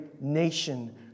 nation